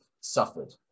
suffered